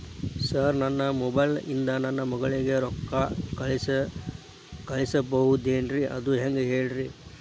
sir ನನ್ನ mobile ಇಂದ ನನ್ನ ಮಗಳಿಗೆ ರೊಕ್ಕಾ ಕಳಿಸಬಹುದೇನ್ರಿ ಅದು ಹೆಂಗ್ ಹೇಳ್ರಿ